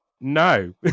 no